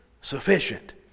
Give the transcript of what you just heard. sufficient